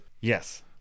yes